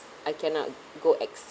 I cannot go exceed